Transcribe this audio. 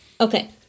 Okay